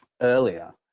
earlier